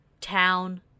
Town